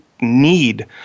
need